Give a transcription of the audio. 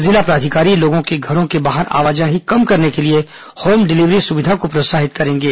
जिला प्राधिकारी लोगों की घरों के बाहर आवाजाही कम करने के लिए होम डिलिवरी सुविधा को प्रोत्साहित करेंगे